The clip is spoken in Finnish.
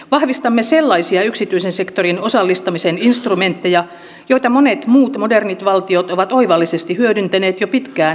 vahvistamme sellaisia yksityisen sektorin osallistamisen instrumentteja joita monet muut modernit valtiot ovat oivallisesti hyödyntäneet jo pitkään hyvin tuloksin